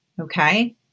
Okay